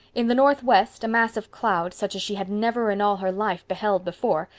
in the northwest a mass of cloud, such as she had never in all her life beheld before,